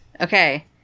Okay